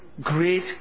great